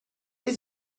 were